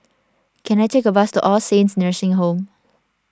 can I take a bus to All Saints Nursing Home